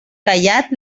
callat